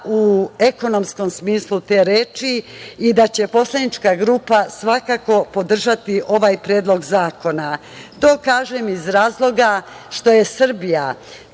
u ekonomskom smislu te reči i da će poslanička grupa svakako podržati ovaj predlog zakona. To kažem iz razloga što je Srbija